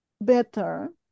better